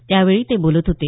त्यावेळी ते बोलत होते